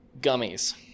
gummies